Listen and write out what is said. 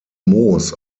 moos